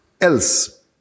else